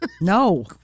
No